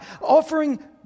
offering